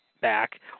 back